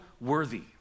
worthy